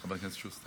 חבר הכנסת שוסטר.